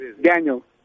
Daniel